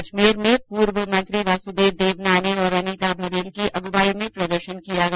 अजमेर में पूर्व मंत्री वासुदेव देवनानी और अनिता भदेल की अग्वाई में प्रदर्शन हुआ